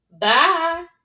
Bye